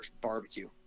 barbecue